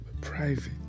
private